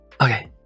Okay